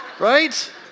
Right